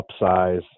upsize